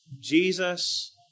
Jesus